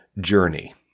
Journey